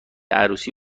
عروسی